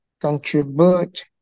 contribute